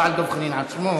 לא על דב חנין עצמו.